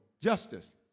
Justice